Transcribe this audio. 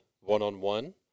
one-on-one